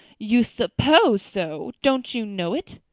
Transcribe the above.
you suppose so! don't you know it?